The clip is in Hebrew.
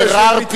ביררתי,